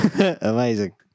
Amazing